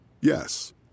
Yes